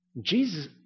Jesus